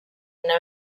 una